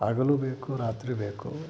ಹಗಲು ಬೇಕು ರಾತ್ರಿ ಬೇಕು